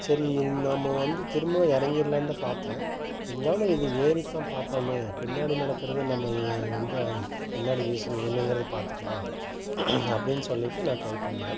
சரி நம்ம வந்து திரும்பவும் இறங்கிர்லாந்தான் பார்த்தேன் இருந்தாலும் இது ஏறித்தான் பார்ப்போமே பின்னாடி நடக்கிறத நம்ம ஏ வந்து பின்னாடி யோசி வேணுங்கிறத பார்த்துக்கலாம் அப்படின்னு சொல்லிவிட்டு நான் ட்ரை பண்ணிணேன்